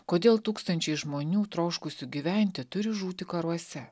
kodėl tūkstančiai žmonių troškusių gyventi turi žūti karuose